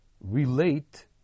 relate